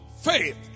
faith